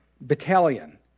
battalion